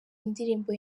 indirimbo